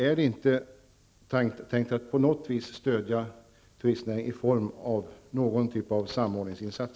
Jag vill än en gång fråga statsrådet: